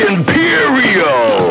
Imperial